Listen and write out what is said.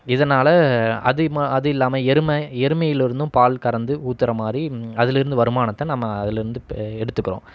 இதனால் அதேமாரி அது இல்லாமல் எருமை எருமையிலிருந்தும் பால் கறந்து ஊற்றுற மாதிரி அதுலேருந்து வருமானத்தை நம்ம அதுலேருந்து பே எடுத்துக்கிறோம்